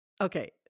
Okay